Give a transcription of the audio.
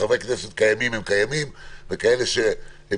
חברי כנסת בפועל זה משהו אחד וכאלו שמתמודדים